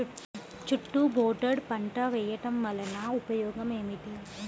చుట్టూ బోర్డర్ పంట వేయుట వలన ఉపయోగం ఏమిటి?